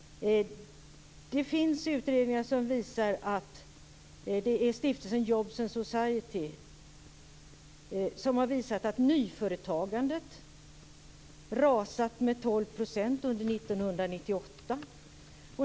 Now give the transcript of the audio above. Det är stiftelsen Jobs and Society som står bakom. De har visat att nyföretagandet har rasat med 12 % under 1998.